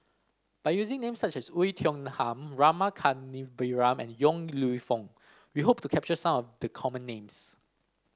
by using names such as Oei Tiong Ham Rama Kannabiran and Yong Lew Foong we hope to capture some of the common names